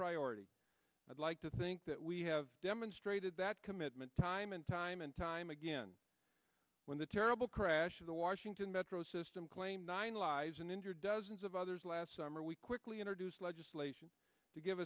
priority i'd like to think that we have demonstrated that commitment time and time and time again when the terrible crash of the washington metro system claimed nine lives and injured dozens of others last summer we quickly introduced legislation to give